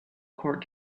court